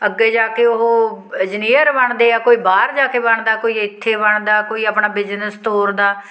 ਅੱਗੇ ਜਾ ਕੇ ਉਹ ਇੰਜੀਨੀਅਰ ਬਣਦੇ ਆ ਕੋਈ ਬਾਹਰ ਜਾ ਕੇ ਬਣਦਾ ਕੋਈ ਇੱਥੇ ਬਣਦਾ ਕੋਈ ਆਪਣਾ ਬਿਜਨਸ ਤੋਰਦਾ